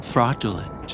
Fraudulent